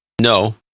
No